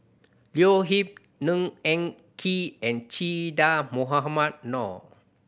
Leo Yip Ng Eng Kee and Che Dah Mohamed Noor